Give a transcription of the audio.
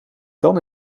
dan